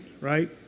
right